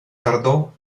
tardó